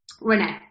Renee